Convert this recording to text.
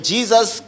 Jesus